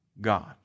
God